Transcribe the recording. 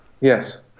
Yes